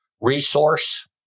resource